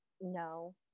no